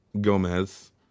Gomez